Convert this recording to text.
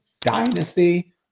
dynasty